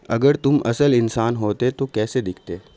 اگر تم اصل انسان ہوتے تو کیسے دکھتے